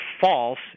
false